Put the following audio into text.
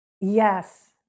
Yes